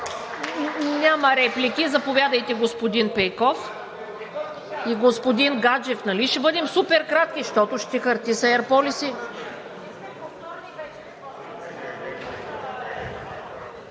Няма реплики. Заповядайте, господин Пейков и господин Гаджев, нали ще бъдем супер кратки, защото ще артиса Air Policing.